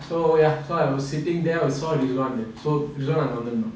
so ya so I was sitting there I saw ridzwan there so ridzwan I know damn long